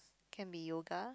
can be yoga